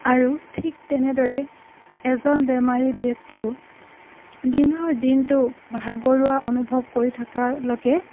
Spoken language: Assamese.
আৰু ঠিক তেনেদৰে এজন বেমাৰী ব্যক্তিয়েও দিনৰ দিনটো ভাগৰুৱা অনুভৱ কৰি থকালৈকে